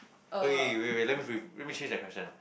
okay wait wait let me re~ let me change the question